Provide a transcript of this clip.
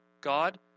God